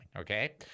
okay